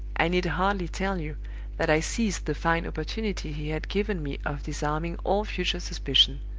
i need hardly tell you that i seized the fine opportunity he had given me of disarming all future suspicion.